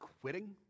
quitting